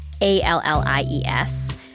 A-L-L-I-E-S